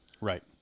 Right